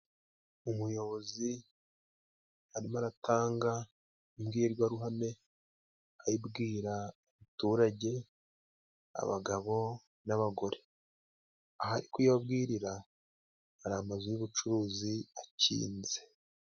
Umuyobozi arimo aratanga imbwirwaruhame ayibwira abaturage abagabo n'abagore. Aho ari kuyibabwirira hari amazu y'ubucuruzi akinze.